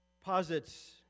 posits